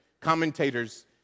commentators